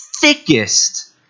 thickest